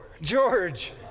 George